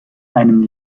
einem